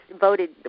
voted